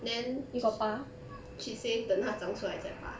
then she say 等它长出来再拔